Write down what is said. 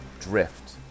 drift